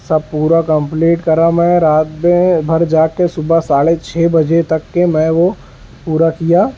سب پورا کمپلیٹ کرا میں رات میں بھر جاگ کے صبح ساڑھے چھ بجے تک میں وہ پورا کیا